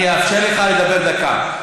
אני אאפשר לך לדבר דקה.